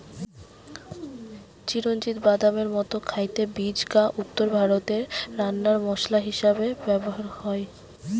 চিরোঞ্জির বাদামের মতো খাইতে বীজ গা উত্তরভারতে রান্নার মসলা হিসাবে ব্যভার হয়